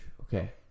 Okay